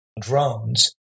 drones